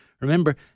Remember